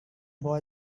boy